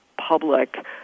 public